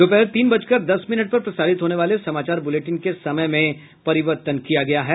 दोपहर तीन बजकर दस मिनट पर प्रसारित होने वाले समाचार बुलेटिन के समय में परिवर्तन किया गया है